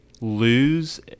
lose